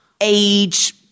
Age